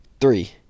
Three